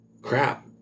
crap